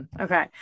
Okay